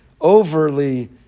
overly